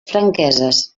franqueses